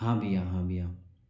हाँ भैया हाँ भैया